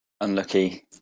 Unlucky